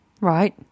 right